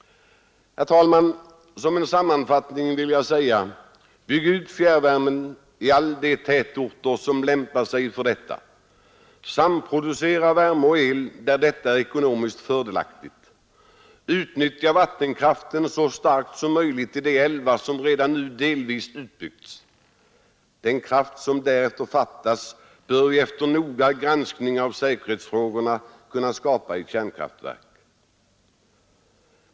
Herr talman! Som en sammanfattning vill jag säga: Bygg ut fjärrvärmen i alla de tätorter som lämpar sig för detta. Samproducera värme och el där detta är ekonomiskt fördelaktigt. Utnyttja vattenkraften så mycket som möjligt i de älvar som redan nu delvis har byggts ut. Den kraft som därefter fattas bör vi efter en noggrann granskning av säkerhetsfrågorna kunna skapa i kärnkraftverk.